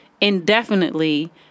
indefinitely